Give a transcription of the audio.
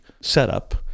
setup